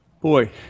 Boy